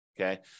okay